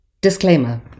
Disclaimer